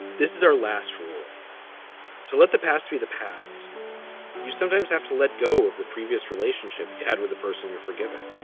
this is our last rule to let the past be the past you sometimes have to let go of the previous relationship you had with the person you're forgiving